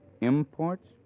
Imports